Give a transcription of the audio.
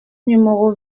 numéro